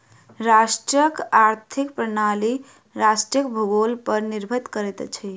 राष्ट्रक आर्थिक प्रणाली राष्ट्रक भूगोल पर निर्भर करैत अछि